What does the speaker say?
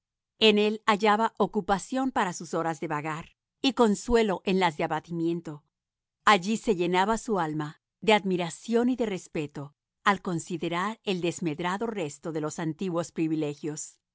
en él hallaiba ocupación para sus horas de vagar y consuelo en las de abatimiento allí se llenaba su alma de admiración y de respeto al considerar el desmedrado resto de los antiguos privilegios